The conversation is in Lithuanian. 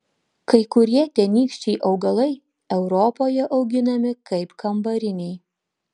kai kurie tenykščiai augalai europoje auginami kaip kambariniai